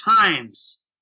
times